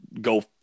go